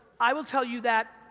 i will tell you that,